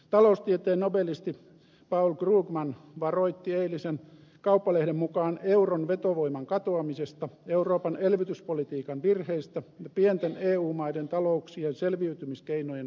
taloustieteen nobelisti paul krugman varoitti eilisen kauppalehden mukaan euron vetovoiman katoamisesta euroopan elvytyspolitiikan virheistä ja pienten eu maiden talouksien selviytymiskeinojen heikkoudesta